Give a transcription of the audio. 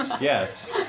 Yes